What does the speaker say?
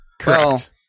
Correct